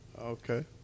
Okay